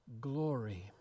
glory